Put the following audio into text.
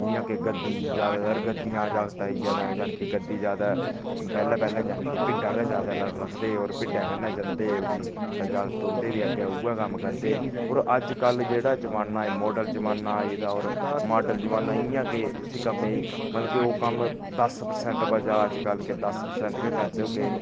जियां कि गद्दियै दे ज्यादातर गद्दियें दा जागत आई गेआ दी जगह जानि कि गद्दी ज्यादा पैह्ले पैह्लै जानि कि भिड्डां गै ज्यादा रखदे होर भिड्डां कन्नै जंदे उठी ते जागत उंदे बी अग्गें उ'यै कम्म करदे होर अज्जकल जेह्ड़ा जमाना ऐ माडल जमाना आई गेदा होर माडल जमाना इयां कि उसी कम्मै गी मतलब कि ओह् कम्म दस प्रसैंट बचे दा अज्जकल दस प्रसैंट गै करदे होगे